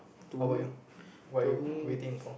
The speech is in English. how about you what're you waiting for